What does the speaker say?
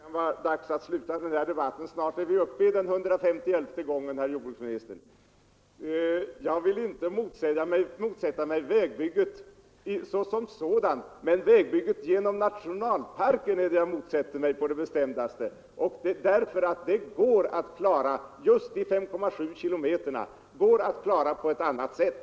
Herr talman! Nu tror jag ätt det kan vara dags att sluta den här Måndagen den debatten — snart är vi uppe i den hundrafemtioelfte gången, herr 27 maj 1974 jordbruksminister. Jag vill inte motsätta mig vägbygget såsom sådant, men vägbygget genom nationalparken är det jag motsätter mig på det bestämdaste, därför att dessa 5,7 kilometer går att klara på ett annat sätt.